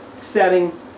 setting